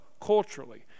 culturally